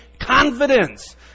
confidence